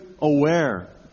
aware